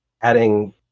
adding